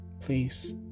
please